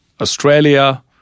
Australia